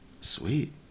Sweet